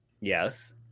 yes